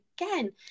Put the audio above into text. again